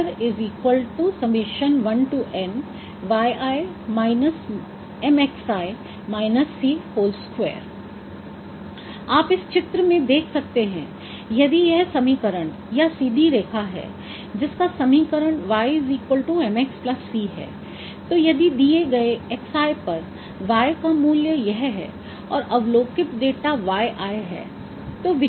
𝑛 𝐸 ∑𝑦𝑖 − 𝑚𝑥𝑖 − 𝑐2 𝑖1 आप इस चित्र में देख सकते हैं यदि यह समीकरण या सीधी रेखा है जिसका समीकरण y mx c है तो यदि दिए गए xi पर y का मूल्य यह है और अवलोकित डेटा yi है